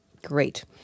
Great